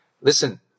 listen